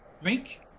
drink